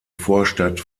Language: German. vorstadt